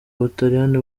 butaliyani